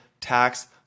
tax